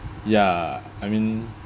ya I mean